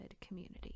community